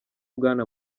bwana